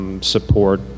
Support